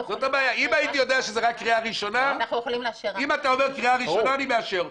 אם הייתי יודע שזה רק קריאה ראשונה הייתי מאשר.